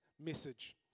message